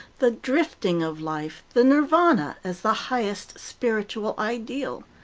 the drifting of life, the nirvana, as the highest spiritual ideal.